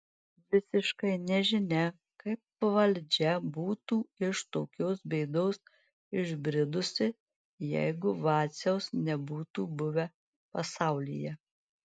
visiškai nežinia kaip valdžia būtų iš tokios bėdos išbridusi jeigu vaciaus nebūtų buvę pasaulyje